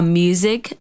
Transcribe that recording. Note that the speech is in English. music